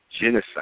genocide